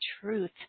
truth